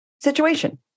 situation